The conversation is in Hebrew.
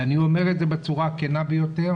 ואני אומר את זה בצורה הכנה ביותר